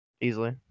Easily